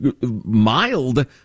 mild